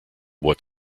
what